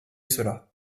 cela